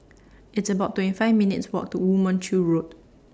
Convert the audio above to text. It's about twenty five minutes' Walk to Woo Mon Chew Road